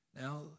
Now